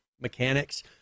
mechanics